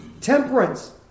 Temperance